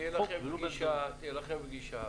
תהיה לכם פגישה.